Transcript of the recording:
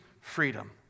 freedom